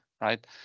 right